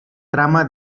trama